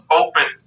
open